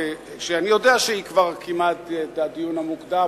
ואני יודע שהיא כבר קיימה את הדיון המוקדם